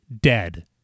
dead